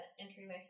entryway